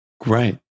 Great